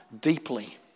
deeply